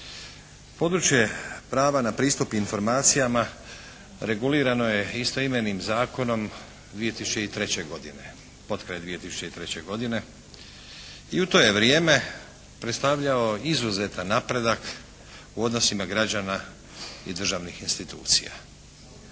Područje prava na pristup informacijama regulirano je istoimenim zakonom 2003. godine, potkraj 2003. godine i u to je vrijeme predstavljao izuzetan napredak u odnosima građanima i državnih institucija.